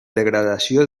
degradació